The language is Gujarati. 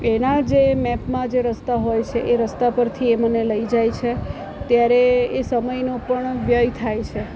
એના જે મેપમાં જે રસ્તા હોય છે એ રસ્તા પરથી મને લઈ જાય છે ત્યારે એ સમયનો પણ વ્યય થાય છે